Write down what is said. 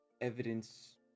evidence